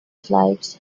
flights